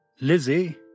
Lizzie